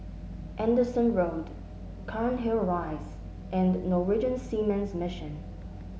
Anderson Road Cairnhill Rise and Norwegian Seamen's Mission